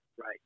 right